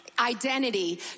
Identity